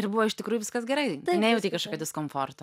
ir buvo iš tikrųjų viskas gerai nejautei kažkokio diskomforto